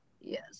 Yes